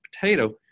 potato